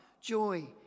joy